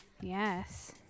Yes